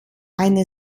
eine